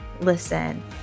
listen